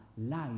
Life